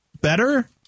better